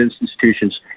institutions